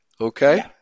Okay